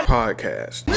podcast